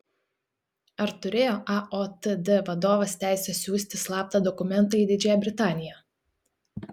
ar turėjo aotd vadovas teisę siųsti slaptą dokumentą į didžiąją britaniją